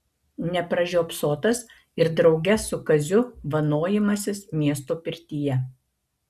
nepražiopsotas ir drauge su kaziu vanojimasis miesto pirtyje